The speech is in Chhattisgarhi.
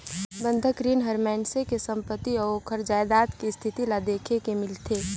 बंधक रीन हर मइनसे के संपति अउ ओखर जायदाद के इस्थिति ल देख के मिलथे